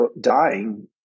dying